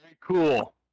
Cool